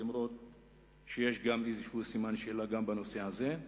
אף שיש איזה סימן שאלה גם בנושא הזה,